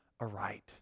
aright